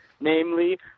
namely